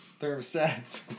Thermostats